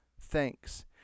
thanks